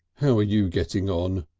how are you getting on?